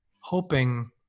hoping